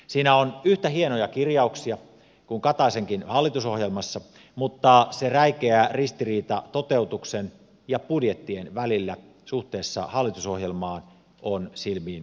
siinä on yhtä hienoja kirjauksia kuin kataisenkin hallitusohjelmassa mutta se räikeä ristiriita toteutuksen ja budjettien välillä suhteessa hallitusohjelmaan on silmiinpistävä